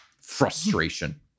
frustration